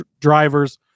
drivers